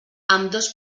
ambdós